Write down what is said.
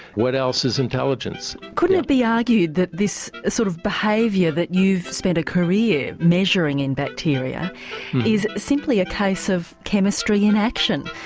what else is intelligence? couldn't it be argued that this sort of behaviour that you've spent a career measuring in bacteria is simply a case of chemistry in action,